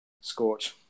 Scorch